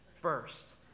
first